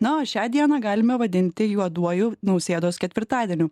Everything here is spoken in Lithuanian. na o šią dieną galime vadinti juoduoju nausėdos ketvirtadieniu